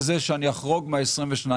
גם צריך לאזן את זה.